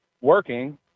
working